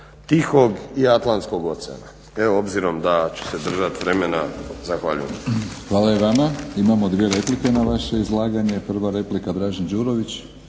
Tihog i Atlantskog oceana. Evo, obzirom da ću se držati vremena zahvaljujem. **Batinić, Milorad (HNS)** Hvala i vama. Imamo dvije replike na vaše izlaganje. Prva replika, Dražen Đurović.